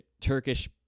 Turkish